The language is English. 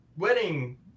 Wedding